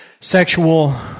Sexual